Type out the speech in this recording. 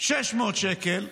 600 שקל,